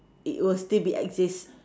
it will still be exists